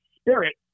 spirit